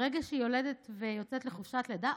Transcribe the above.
ברגע שהיא יולדת ויוצאת לחופשת לידה,